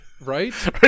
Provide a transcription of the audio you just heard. Right